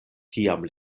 kiam